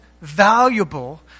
valuable